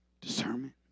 discernment